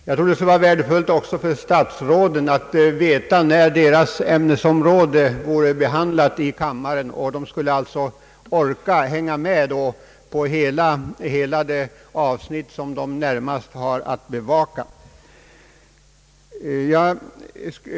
Jag tror också det vore värdefullt för statsråden att veta när deras ämnesområde skall behandlas i kammaren. De skulle därigenom orka hänga med debatten på hela det avsnitt som de närmast har att bevaka.